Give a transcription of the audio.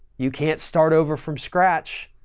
you can't start over from scratch.